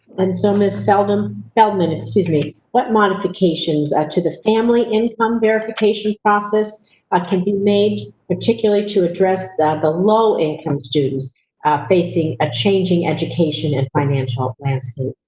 and so, ms. feldan, feldman, excuse me, what modifications ah to the family income verification process ah can be made, particularly to address the low income students facing a changing education and financial landscape?